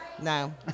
No